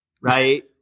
right